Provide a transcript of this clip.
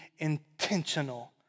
intentional